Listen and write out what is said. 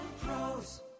pros